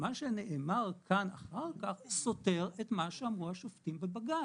מה שנאמר כאן אחר כך סותר את מה שאמרו השופטים בבג"ץ.